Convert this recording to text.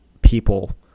people